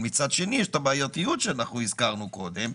אבל מצד שני יש את הבעייתיות שאנחנו הזכרנו קודם,